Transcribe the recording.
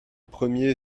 premier